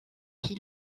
qui